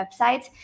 websites